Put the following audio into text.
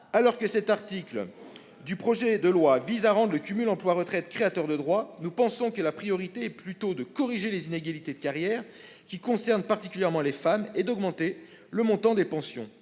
Alors que l'article 13 vise à rendre le cumul emploi-retraite créateur de droits, nous pensons que la priorité est plutôt de corriger les inégalités de carrière, qui concernent particulièrement les femmes, et d'augmenter le montant des pensions.